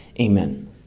amen